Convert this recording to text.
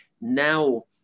Now